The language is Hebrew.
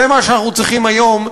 זה מה שאנחנו צריכים היום,